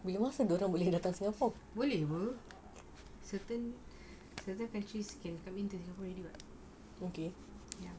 boleh bah certain certain countries can come in singapore already [what]